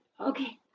Okay